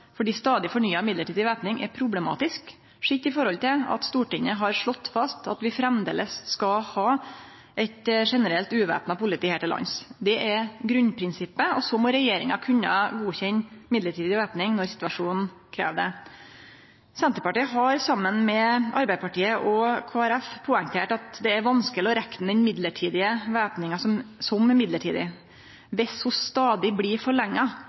fordi stadig fornya mellombels væpning er problematisk sett i forhold til at Stortinget har slått fast at vi framleis skal ha eit generelt uvæpna politi her til lands. Det er grunnprinsippet, og så må regjeringa kunne godkjenne mellombels væpning når situasjonen krev det. Senterpartiet har saman med Arbeidarpartiet og Kristeleg Folkeparti poengtert at det er vanskeleg å rekne den mellombelse væpninga som mellombels, dersom ho stadig blir